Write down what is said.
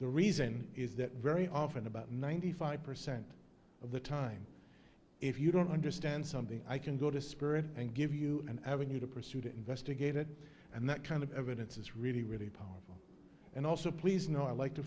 the reason is that very often about ninety five percent of the time if you don't understand something i can go to spirit and give you an avenue to pursue to investigate it and that kind of evidence is really really powerful and also please know i like to